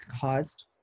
caused